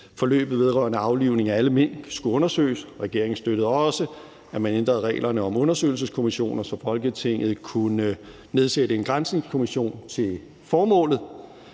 forløbet vedrørende aflivning af alle mink skulle undersøges. Regeringen støttede også, at man ændrede reglerne om undersøgelseskommissioner, så Folketinget kunne nedsætte en granskningskommission til formålet.